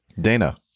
Dana